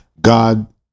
God